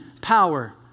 power